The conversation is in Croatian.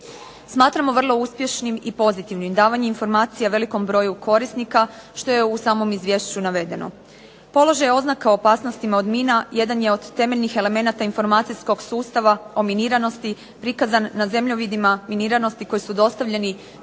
Smatramo vrlo uspješnim i pozitivnim davanje informacija velikom broju korisnika što je u samom izvješću navedeno. Položaj oznaka opasnostima mina jedan je od temeljnih elemenata informacijskog sustava o miniranosti, prikazan na zemljovidima miniranosti koji su dostavljeni